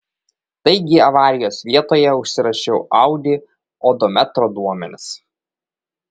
taigi avarijos vietoje užsirašiau audi odometro duomenis